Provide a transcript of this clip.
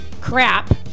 crap